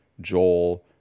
Joel